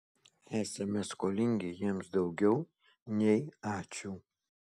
esame skolingi jiems daugiau nei ačiū